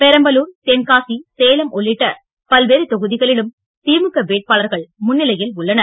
பெரம்பலூர்தென்காசி சேலம் உள்ளிட்ட பல்வேறு தொகுதிகளிலும் திமுக வேட்பாளர்கள் முன்னிலையில் உள்ளனர்